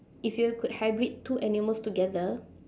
if you could hybrid two animals together